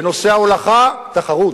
בנושא ההולכה, תחרות.